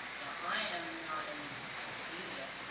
now, i am not an academia.